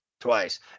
twice